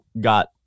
got